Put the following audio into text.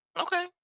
Okay